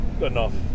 enough